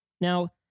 now